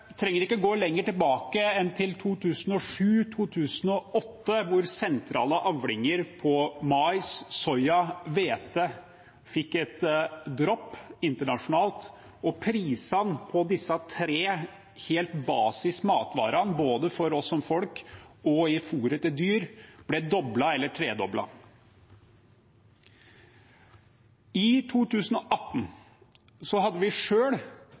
trenger ikke å gå lenger tilbake enn til 2007–2008, da sentrale avlinger på mais, soya og hvete fikk et dropp internasjonalt. Prisene på disse tre helt basis matvarene, både for oss som folk og i fôret til dyr, ble doblet eller tredoblet. I 2018 hadde vi